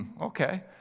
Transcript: Okay